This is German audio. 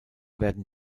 werden